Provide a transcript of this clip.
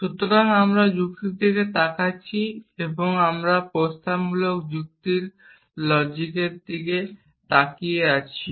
সুতরাং আমরা যুক্তির দিকে তাকাচ্ছি এবং আমরা প্রস্তাবনামূলক যুক্তির দিকে তাকিয়ে আছি